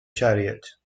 chariot